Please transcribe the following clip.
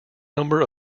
number